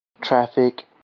Traffic